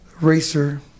racer